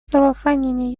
здравоохранение